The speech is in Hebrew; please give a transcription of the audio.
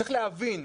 צריך להבין.